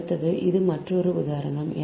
அடுத்து இது மற்றொரு உதாரணம்